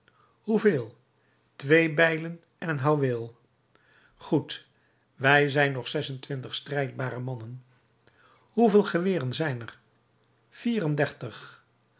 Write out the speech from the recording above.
hoeveel twee bijlen en een houweel goed wij zijn nog zes-en-twintig strijdbare mannen hoeveel geweren zijn er vier-en-dertig